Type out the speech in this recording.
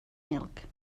milk